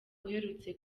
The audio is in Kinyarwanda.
uherutse